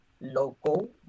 local